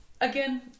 Again